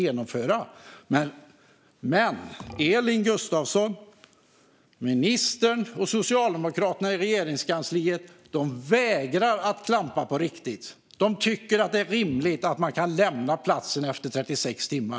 Elin Gustafsson, ministern och Socialdemokraterna i Regeringskansliet vägrar att klampa på riktigt. De tycker att det är rimligt att man kan lämna platsen efter 36 timmar.